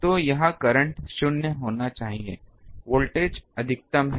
तो यहां करंट शून्य होना चाहिए वोल्टेज अधिकतम है